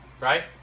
right